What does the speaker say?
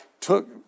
took